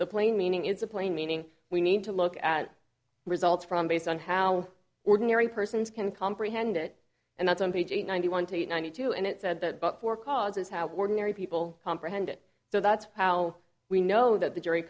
the plain meaning it's a plain meaning we need to look at results from based on how ordinary persons can comprehend it and that's on page ninety one to ninety two and it said that but for causes have ordinary people comprehend it so that's how we know that the jury